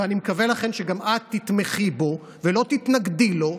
ולכן אני מקווה שגם את תתמכי בו ולא תתנגדי לו,